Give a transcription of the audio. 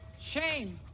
Shame